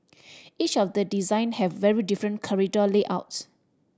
each of the design have very different corridor layouts